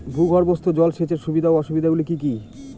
ভূগর্ভস্থ জল সেচের সুবিধা ও অসুবিধা গুলি কি কি?